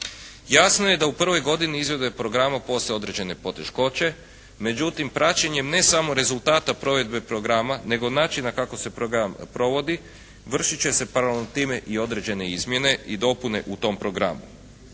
Jasno je da u prvoj godini izvedbe programa postoje određene poteškoće. Međutim, praćenjem ne samo rezultata provedbe programa nego načina kako se program provodi vršit će se paralelno time i određene izmjene i dopune u tom programu.